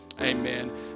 Amen